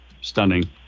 stunning